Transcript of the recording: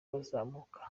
kuzamuka